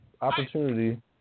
opportunity